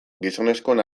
gizonezkoen